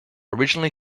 originally